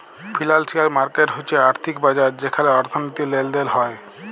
financial market হচ্যে আর্থিক বাজার যেখালে অর্থনীতির লেলদেল হ্য়েয়